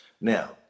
Now